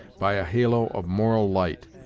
by a halo of moral light,